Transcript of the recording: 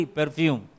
Perfume